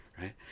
right